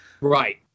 Right